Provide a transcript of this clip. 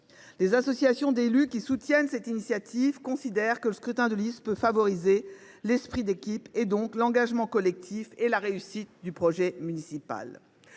Les associations d’élus qui soutiennent cette initiative considèrent que le scrutin de liste peut favoriser l’esprit d’équipe, et donc l’engagement collectif et la réussite du projet municipal.